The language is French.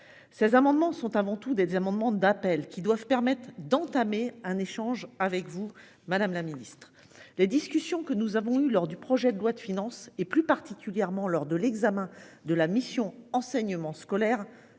Ces amendements sont avant tout des amendements d'appel qui doivent permettre d'entamer un échange avec vous madame la ministre, la discussion que nous avons eu lors du projet de loi de finances et plus particulièrement lors de l'examen de la mission enseignement scolaire ne